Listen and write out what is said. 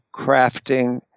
crafting